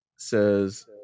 says